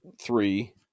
three